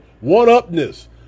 one-upness